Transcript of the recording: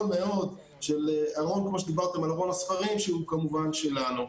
מאוד של ארון ספרים שהוא כמובן שלנו.